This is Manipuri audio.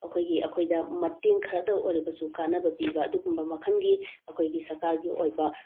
ꯑꯩꯈꯣꯏꯒꯤ ꯑꯩꯈꯣꯏꯗ ꯃꯇꯦꯡ ꯈꯔꯇ ꯑꯣꯏꯔꯕꯁꯨ ꯀꯥꯟꯅꯕ ꯄꯤꯕ ꯑꯗꯨꯒꯨꯝꯕ ꯃꯈꯜꯒꯤ ꯑꯩꯈꯣꯏꯒꯤ ꯁꯔꯀꯥꯔꯒꯤ ꯑꯣꯏꯕ